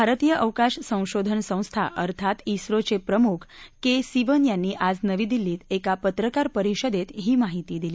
भारतीय अवकाश संशोधन संस्था अर्थात िझोचे प्रमुख के सिवन यांनी आज नवी दिल्लीत एका पत्रकार परिषदेत ही माहिती दिली